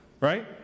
right